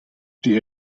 die